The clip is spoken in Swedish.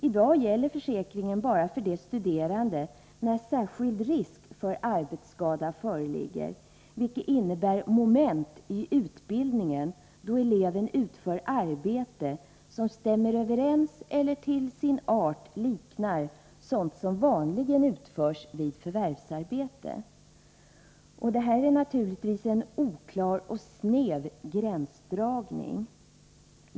I dag gäller försäkringen för de studerande bara när särskild risk för arbetsskada föreligger, vilket innebär moment i utbildningen då eleven utför arbete som stämmer överens med eller till sin art liknar sådant som vanligen utförs vid förvärvsarbete. Detta är naturligtvis en oklar och snäv gränsdragning.